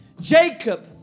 Jacob